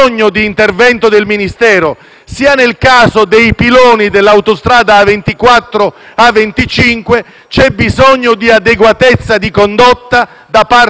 sia nel caso dei piloni dell'autostrada A24-A25 c'è allora bisogno di adeguatezza di condotta da parte del Ministero delle infrastrutture,